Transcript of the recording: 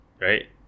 Right